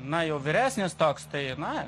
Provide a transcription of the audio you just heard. na jau vyresnis toks tai na